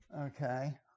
okay